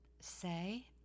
say